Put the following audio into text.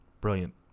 Brilliant